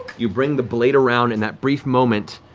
you bring the blade around in that brief moment,